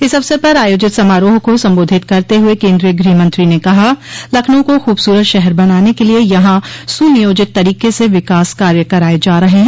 इस अवसर पर आयोजित समारोह को सम्बोधित करते हुये केन्द्रीय गृहमंत्री ने कहा लखनऊ को खूबसूरत शहर बनाने के लिये यहां सुनियोजित तरीके से विकास कार्य कराये जा रहे हैं